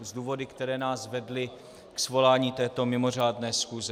S důvody, které nás vedly k svolání této mimořádné schůze.